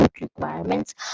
requirements